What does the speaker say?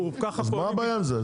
אז מה הבעיה עם זה?